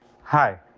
Hi